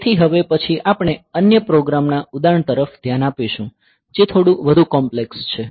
તેથી હવે પછી આપણે અન્ય પ્રોગ્રામના ઉદાહરણ તરફ ધ્યાન આપીશું જે થોડું વધુ કોમ્પ્લેક્સ છે